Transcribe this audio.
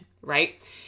right